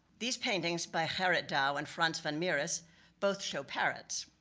these paintings by garrit dou and frans van mieris both show parrots.